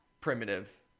primitive